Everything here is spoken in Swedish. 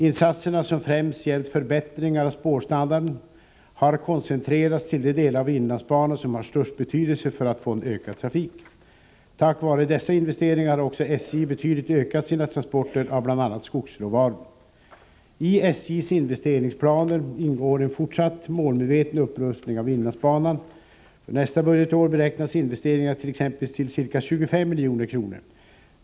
Insatserna, som främst gällt förbättringar av spårstandarden, har koncentrerats till de delar av inlandsbanan som har störst betydelse för att få en ökad trafik. Tack vare dessa investeringar har också SJ betydligt ökat sina transporter av bl.a. skogsråvaror. I SJ:s investeringsplaner ingår en fortsatt målmedveten upprustning av inlandsbanan. För nästa budgetår beräknas investeringarna t.ex. till ca 25 milj.kr.